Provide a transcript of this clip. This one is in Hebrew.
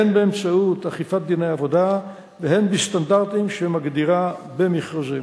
הן באמצעות אכיפת דיני עבודה והן בסטנדרטים שהיא מגדירה במכרזים.